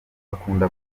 akunda